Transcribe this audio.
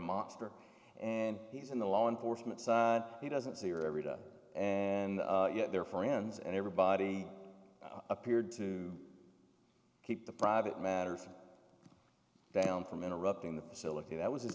monster and he's in the law enforcement he doesn't see your every day and yet their friends and everybody appeared to keep the private matters down from interrupting the facility that was